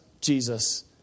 Jesus